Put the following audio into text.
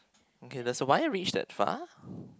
okay does the wire reach that far